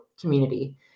community